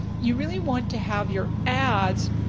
you really want to have your ads,